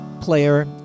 player